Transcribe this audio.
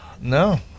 No